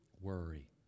Worry